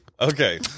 Okay